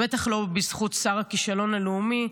בטח לא בזכות שר הכישלון הלאומי,